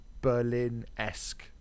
Berlin-esque